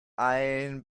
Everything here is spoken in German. ein